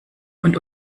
und